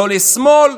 לא לשמאל,